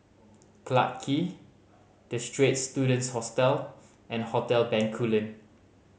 Clarke Quay The Straits Students Hostel and Hotel Bencoolen